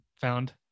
found